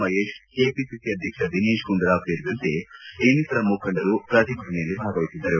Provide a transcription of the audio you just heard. Mahesh KPCC ಅಧ್ವಕ್ಷ ದಿನೇಶ್ ಗುಂಡೂರಾವ್ ಸೇರಿದಂತೆ ಇನ್ನಿತರ ಮುಖಂಡರು ಪ್ರತಿಭಟನೆಯಲ್ಲಿ ಭಾಗವಹಿಸಿದ್ದರು